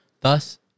thus